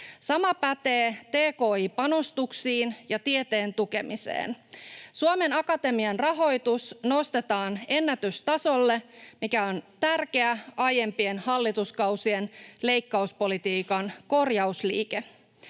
Sama pätee tki-panostuksiin ja tieteen tukemiseen. Suomen Akatemian rahoitus nostetaan ennätystasolle, mikä on tärkeä aiempien hallituskausien leikkauspolitiikan korjausliike.